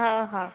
हं हां